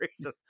reason